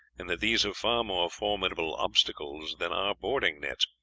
and that these are far more formidable obstacles than our boarding nets.